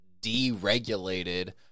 deregulated